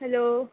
hello